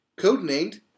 Codenamed